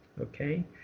Okay